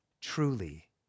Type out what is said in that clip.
truly